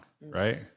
right